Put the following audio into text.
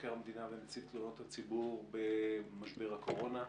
מבקר המדינה ונציב תלונות הציבור במשבר הקורונה.